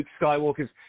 Skywalker's